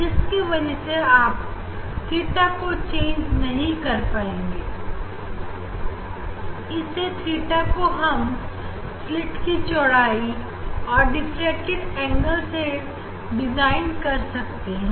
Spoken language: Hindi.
जिसकी वजह से आप theta को चेंज नहीं कर पाएंगे इससे थीटा को हम स्लीट की चौड़ाई और डिफ्रैक्टेड एंगल से डिफाइन कर रहे हैं